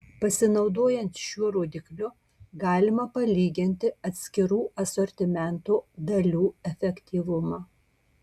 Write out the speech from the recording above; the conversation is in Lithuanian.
pasinaudojant šiuo rodikliu galima palyginti atskirų asortimento dalių efektyvumą